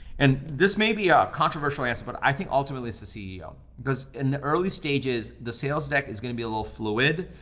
and this may be a controversial answer, but i think ultimately it's the ceo. because in the early stages, the sales deck is gonna be a little fluid,